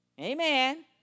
Amen